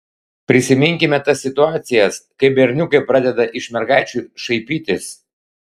prisiminkime tas situacijas kai berniukai pradeda iš mergaičių šaipytis